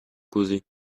causer